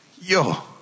Yo